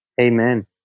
Amen